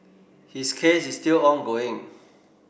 his case is still ongoing